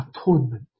atonement